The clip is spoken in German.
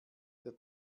der